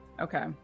Okay